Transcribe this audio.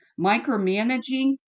micromanaging